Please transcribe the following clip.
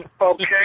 Okay